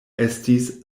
estis